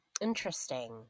Interesting